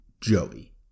Joey